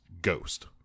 ghost